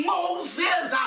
Moses